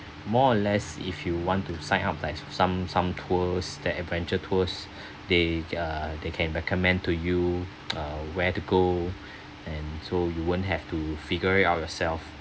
more or less if you want to sign up like some some tours that adventure tours they uh they can recommend to you uh where to go and so you won't have to figuring out yourself